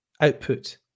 output